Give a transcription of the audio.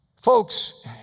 Folks